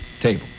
table